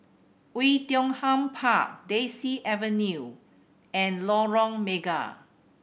Oei Tiong Ham Park Daisy Avenue and Lorong Mega